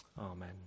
Amen